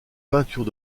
peintures